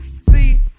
See